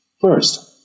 First